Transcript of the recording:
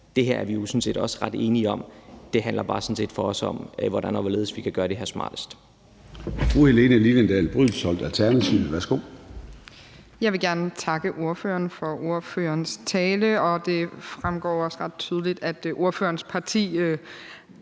Det her er vi jo sådan set også ret enige om. Det handler sådan set bare for os om, hvordan og hvorledes vi kan gøre det her smartest.